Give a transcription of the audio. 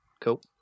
Cool